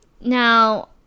now